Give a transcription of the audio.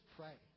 pray